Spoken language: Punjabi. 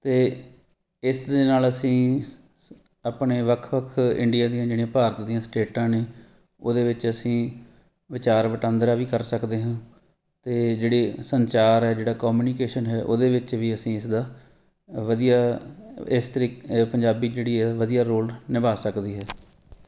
ਅਤੇ ਇਸ ਦੇ ਨਾਲ ਅਸੀਂ ਆਪਣੇ ਵੱਖ ਵੱਖ ਇੰਡੀਆ ਦੀਆਂ ਜਿਹੜੀਆਂ ਭਾਰਤ ਦੀਆਂ ਸਟੇਟਾਂ ਨੇ ਉਹਦੇ ਵਿੱਚ ਅਸੀਂ ਵਿਚਾਰ ਵਟਾਂਦਰਾ ਵੀ ਕਰ ਸਕਦੇ ਹਾਂ ਅਤੇ ਜਿਹੜੇ ਸੰਚਾਰ ਹੈ ਜਿਹੜਾ ਕਮਿਊਨੀਕੇਸ਼ਨ ਹੈ ਉਹਦੇ ਵਿੱਚ ਵੀ ਅਸੀਂ ਇਸਦਾ ਵਧੀਆ ਇਸ ਤਰੀਕੇ ਪੰਜਾਬੀ ਜਿਹੜੀ ਹੈ ਵਧੀਆ ਰੋਲ ਨਿਭਾ ਸਕਦੀ ਹੈ